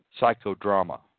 psychodrama